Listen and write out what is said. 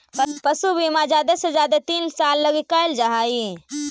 पशु बीमा जादे से जादे तीन साल लागी कयल जा हई